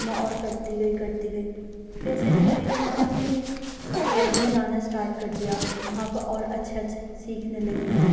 میں اور کرتی گئی کرتی گئی پھر ایسے دھیرے دھیرے میں نے اپنی ایک اکیڈمی جانا اسٹارٹ کر دیا وہاں پہ اور اچھا اچھا سیکھنے لگی میں